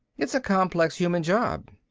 it's a complex human job.